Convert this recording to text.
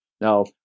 Now